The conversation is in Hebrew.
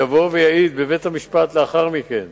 ויבוא להעיד בבית-המשפט לאחר מכן